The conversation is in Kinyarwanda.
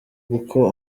kuko